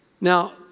Now